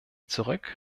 zurück